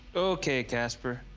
okay, casper.